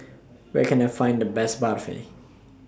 Where Can I Find The Best Barfi